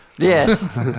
Yes